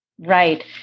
Right